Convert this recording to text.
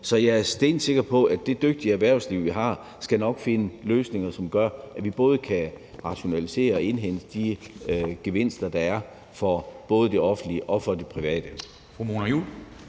Så jeg er stensikker på, at det dygtige erhvervsliv, vi har, nok skal finde løsninger, som gør, at vi både kan rationalisere og indhente de gevinster, der er for både det offentlige og for det private.